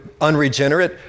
unregenerate